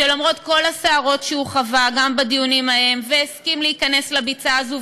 שלמרות כל הסערות שהוא חווה גם בדיונים ההם והסכים להיכנס לביצה הזאת,